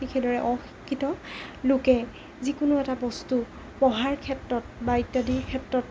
ঠিক সেইদৰে অ শিক্ষিত লোকে যিকোনো এটা বস্তু পঢ়াৰ ক্ষেত্ৰত বা ইত্যাদিৰ ক্ষেত্ৰত